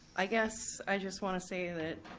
i guess i just wanna say that,